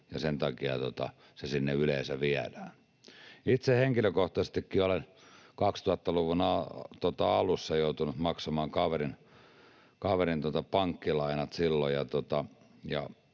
ja sen takia se sinne yleensä viedään. Itse henkilökohtaisestikin olen 2000-luvun alussa joutunut maksamaan kaverin pankkilainat. Jos